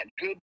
good